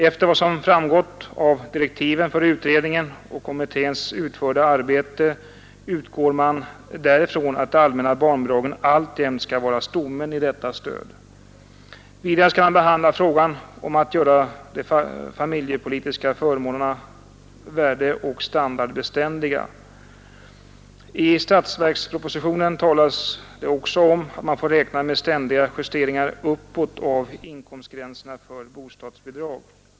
Enligt vad som framgått av direktiven för utredningen och kommitténs utförda arbete utgår man där ifrån att de allmänna barnbidragen alltjämt skall vara stommen i detta stöd. Vidare skall man behandla frågan om att göra de familjepolitiska förmånerna värdeoch standardbeständiga. I statsverkspropositionen talas det också om att man får räkna med ständiga justeringar uppåt av inkomstgränserna för bostadsbidrag.